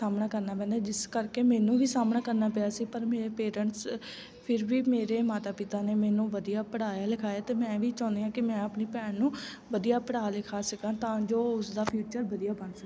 ਸਾਹਮਣਾ ਕਰਨਾ ਪੈਂਦਾ ਜਿਸ ਕਰਕੇ ਮੈਨੂੰ ਵੀ ਸਾਹਮਣਾ ਕਰਨਾ ਪਿਆ ਸੀ ਪਰ ਮੇਰੇ ਪੇਰੈਂਟਸ ਫਿਰ ਵੀ ਮੇਰੇ ਮਾਤਾ ਪਿਤਾ ਨੇ ਮੈਨੂੰ ਵਧੀਆ ਪੜ੍ਹਾਇਆ ਲਿਖਾਇਆ ਅਤੇ ਮੈਂ ਵੀ ਚਾਹੁੰਦੀ ਹਾਂ ਕਿ ਮੈਂ ਆਪਣੀ ਭੈਣ ਨੂੰ ਵਧੀਆ ਪੜ੍ਹਾ ਲਿਖਾ ਸਕਾਂ ਤਾਂ ਜੋ ਉਸਦਾ ਫਿਊਚਰ ਵਧੀਆ ਬਣ ਸਕੇ